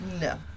No